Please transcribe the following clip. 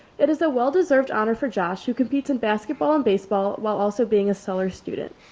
it is a well deserved honor for josh who competes in basketball and baseball while also being a seller student.